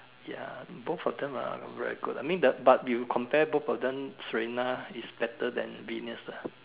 ya both of them are very good ah I mean the but you compare both of them Serena is better than Venus lah